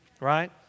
right